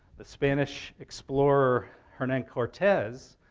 the spanish explorer hernan cortes